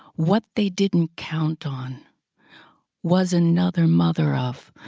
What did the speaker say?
what they didn't count on was another mother of,